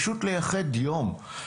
לייחד לזה יום.